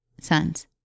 sons